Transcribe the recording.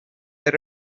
air